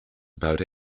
about